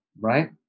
Right